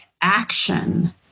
action